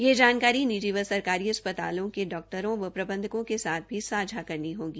यह जानकारी निजी व सरकारी अस्पतालों के डॉक्टरों व प्रबंधकों के साथ भी सांझा करनी होगी